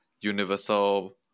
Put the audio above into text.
universal